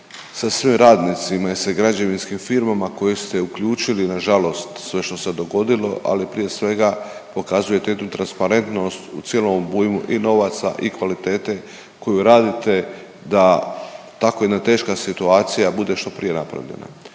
sa svim radnicima i sa građevinskim firmama koje ste uključili nažalost sve što se dogodilo ali prije svega pokazujete jednu transparentnost u cijelom obujmu i novaca i kvalitete koju radite da tako jedna teška situacija bude što prije napravljena.